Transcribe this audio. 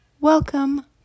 welcome